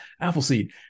Appleseed